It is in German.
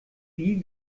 wie